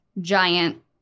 Giant